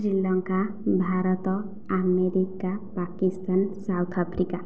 Sri Lanka Bharat America Pakistan south Africa